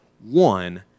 One